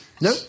No